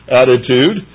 attitude